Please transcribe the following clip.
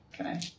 Okay